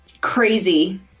Crazy